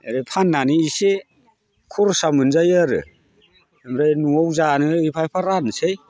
आरो फाननानै एसे खरसा मोनजायो आरो ओमफ्राय न'आव जानो एफा एफा राननोसै